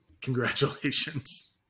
Congratulations